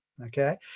okay